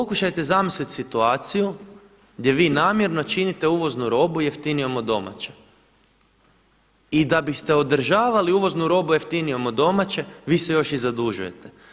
Pokušajte zamisliti situaciju gdje vi namjerno činite uvoznu robu jeftinijom od domaće i da biste održavali uvoznu robu jeftinijom od domaće vi se još i zadužujete.